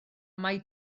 mai